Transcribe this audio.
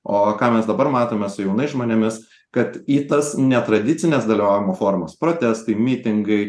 o ką mes dabar matome su jaunais žmonėmis kad į tas netradicines dalyvavimo formas protestai mitingai